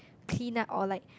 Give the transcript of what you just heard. clean up or like